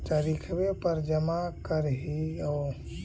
तरिखवे पर जमा करहिओ?